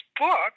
book